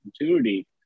opportunity